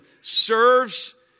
serves